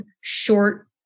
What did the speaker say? short